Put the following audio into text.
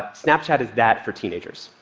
snapchat is that for teenagers,